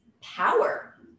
power